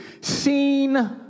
Seen